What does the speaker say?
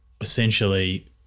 essentially